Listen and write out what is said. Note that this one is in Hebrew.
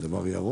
זה דבר ירוק,